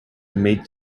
made